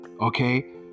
okay